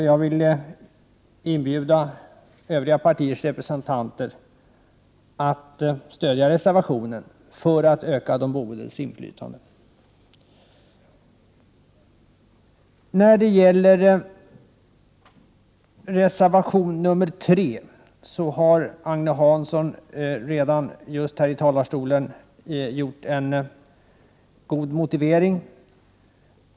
Jag inbjuder övriga partiers representanter att stödja reservationen för att öka de boendes inflytande. För reservation nr 3 har Agne Hansson redan gett en god motivering.